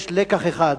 יש לקח אחד,